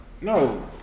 No